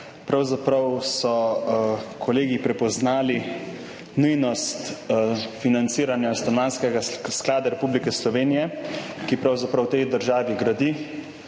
Pravzaprav so kolegi prepoznali nujnost financiranja Stanovanjskega sklada Republike Slovenije, ki pravzaprav v tej državi gradi